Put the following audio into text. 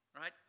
right